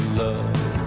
love